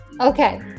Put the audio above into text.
Okay